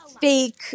fake